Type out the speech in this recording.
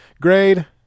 Grade